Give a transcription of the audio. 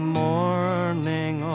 morning